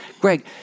Greg